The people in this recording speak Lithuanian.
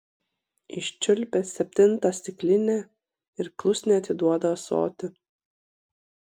iščiulpia septintą stiklinę ir klusniai atiduoda ąsotį